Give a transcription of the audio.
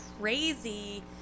crazy